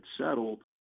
settled